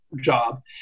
job